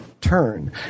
turn